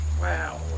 wow